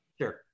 Sure